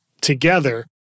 together